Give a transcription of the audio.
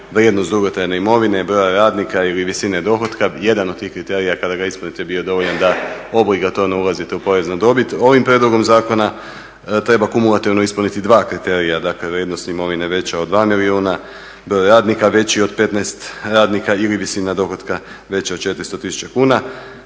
vrijednost dugotrajne imovine, broja radnika ili visine dohotka. Jedan od tih kriterija kada ga ispunite je bio dovoljan da obligatorno ulazite u porez na dobit. Ovim prijedlogom zakona treba kumulativno ispuniti dva kriterija, dakle vrijednost imovine veća od 2 milijuna, broj radnika veći od 15 radnika ili visina dohotka veća od 400 tisuća kuna.